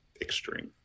extreme